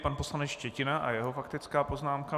Pan poslanec Štětina a jeho faktická poznámka.